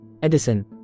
Edison